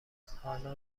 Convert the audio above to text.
حالا